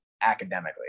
academically